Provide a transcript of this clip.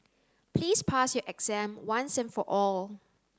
please pass your exam once and for all